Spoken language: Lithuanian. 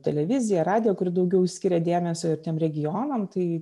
televizija radija kuri daugiau skiria dėmesio ir tiem regionam tai